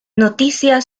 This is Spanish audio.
noticia